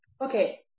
Okay